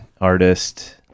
artist